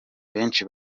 benshi